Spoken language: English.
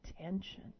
attention